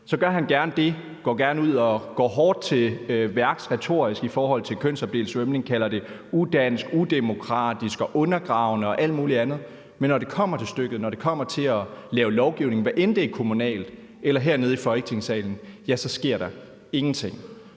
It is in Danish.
gør han gerne det, at han går hårdt til værks retorisk i forhold til kønsopdelt svømning. Han kalder det udansk, udemokratisk og undergravende og alt muligt andet. Men når det kommer til stykket, og når det kommer til at lave lovgivning, hvad end det er kommunalt eller hernede i Folketingssalen, sker der ingenting.